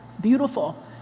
beautiful